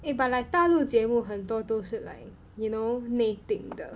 eh but like 大陆节目很多都是 like you know 内定的